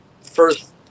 first